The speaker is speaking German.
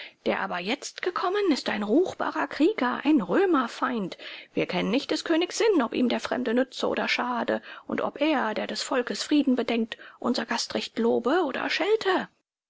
der aber jetzt gekommen ist ein ruchbarer krieger ein römerfeind wir kennen nicht des königs sinn ob ihm der fremde nütze oder schade und ob er der des volkes frieden bedenkt unser gastrecht lobe oder schelte